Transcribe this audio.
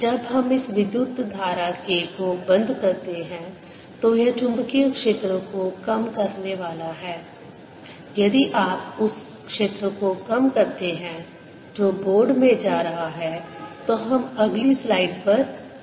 जब हम इस विद्युत धारा K को बंद करते हैं तो यह चुंबकीय क्षेत्र को कम करने वाला है यदि आप उस क्षेत्र को कम करते हैं जो बोर्ड में जा रहा है तो हम अगली स्लाइड पर जाते हैं